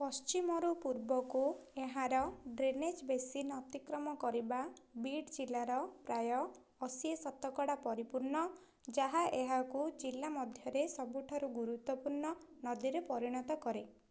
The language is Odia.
ପଶ୍ଚିମରୁ ପୂର୍ବକୁ ଏହାର ଡ୍ରେନେଜ୍ ବେସିନ୍ ଅତିକ୍ରମ କରିବା ବିଡ଼୍ ଜିଲ୍ଲାର ପ୍ରାୟ ଅଶୀ ପରିପୂର୍ଣ୍ଣ ଯାହା ଏହାକୁ ଜିଲ୍ଲା ମଧ୍ୟରେ ସବୁଠାରୁ ଗୁରୁତ୍ୱପୂର୍ଣ୍ଣ ନଦୀରେ ପରିଣତ କରେ